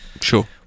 sure